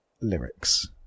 lyrics